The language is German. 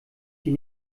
die